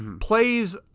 plays